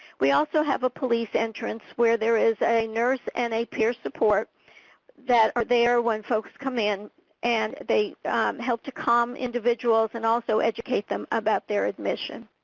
we also have a police entrance where there is a nurse and a peer support that are there when folks come in and they help to calm individuals and also educate them about their admission.